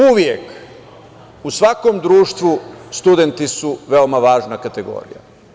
Uvek u svakom društvu studenti su veoma važna kategorija.